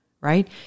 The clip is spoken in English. Right